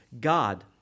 God